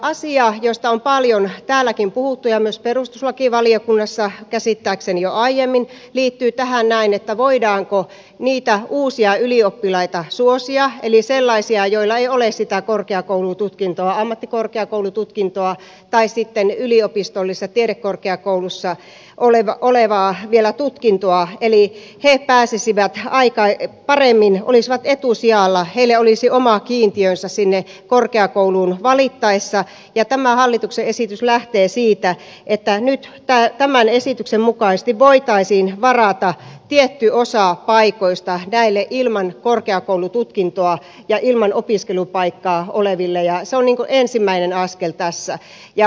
asia josta on paljon täälläkin puhuttu ja myös perustuslakivaliokunnassa käsittääkseni jo aiemmin liittyy tähän näin voidaanko niitä uusia ylioppilaita suosia eli sellaisia joilla ei ole sitä korkeakoulututkintoa ammattikorkeakoulututkintoa tai sitten yliopistollisessa tiedekorkeakoulussa olevaa tutkintoa eli he pääsisivät paremmin olisivat etusijalla heille olisi oma kiintiönsä sinne korkeakouluun valittaessa ja tämä hallituksen esitys lähtee siitä että nyt tämän esityksen mukaisesti voitaisiin varata tietty osa paikoista näille ilman korkeakoulututkintoa ja ilman opiskelupaikkaa oleville ja se on niin kuin ensimmäinen askel tässä